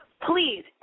Please